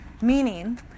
Meaning